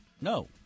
No